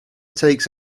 takes